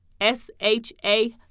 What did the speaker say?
S-H-A